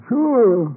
Sure